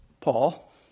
Paul